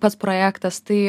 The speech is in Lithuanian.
pats projektas tai